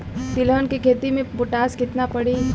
तिलहन के खेती मे पोटास कितना पड़ी?